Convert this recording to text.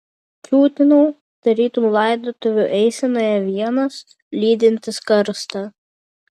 kiūtinau tarytum laidotuvių eisenoje vienas lydintis karstą